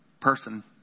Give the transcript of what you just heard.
person